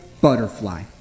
butterfly